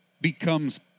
becomes